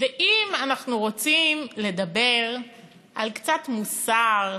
ואם אנחנו רוצים לדבר על קצת מוסר,